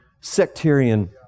sectarian